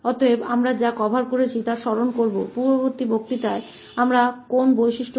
तो याद करने के लिए आ रहा है कि हमने क्या कवर किया है हमने पिछले व्याख्यान में किन गुणों को शामिल किया है